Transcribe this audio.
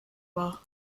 war